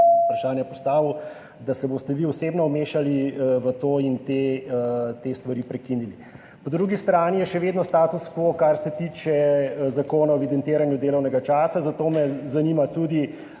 vprašanje postavil, »osebno vmešal v to in te stvari prekinil.« Po drugi strani je še vedno status quo, kar se tiče zakona o evidentiranju delovnega časa. Zato me zanima tudi: